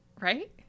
right